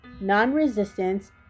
non-resistance